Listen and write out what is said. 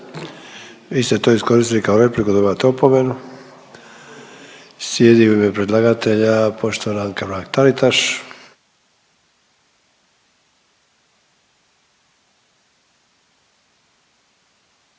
Vi ste to iskoristili kao repliku dobivate opomenu. Slijedi u ime predlagatelja poštovana Anka Mrak Taritaš.